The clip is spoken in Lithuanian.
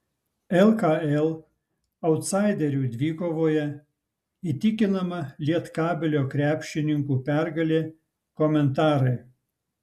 lkl autsaiderių dvikovoje įtikinama lietkabelio krepšininkų pergalė komentarai